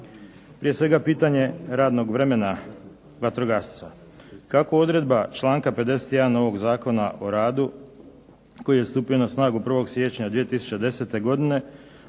Prije svega pitanje radnog vremena vatrogasca. Kako odredba članka 51. ovog Zakona o radu koji je stupio na snagu 1. siječnja 2010. godine,